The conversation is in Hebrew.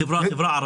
בחברה הערבית.